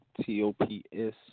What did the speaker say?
T-O-P-S